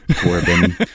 Corbin